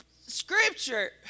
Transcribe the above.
scripture